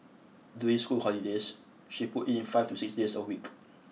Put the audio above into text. during school holidays she put in five to six days a week